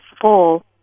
full